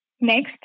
Next